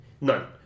None